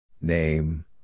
Name